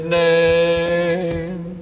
name